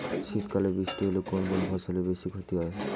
শীত কালে বৃষ্টি হলে কোন কোন ফসলের বেশি ক্ষতি হয়?